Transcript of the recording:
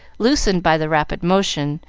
loosened by the rapid motion,